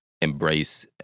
embrace